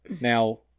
Now